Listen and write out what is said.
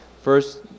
first